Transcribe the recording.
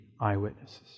eyewitnesses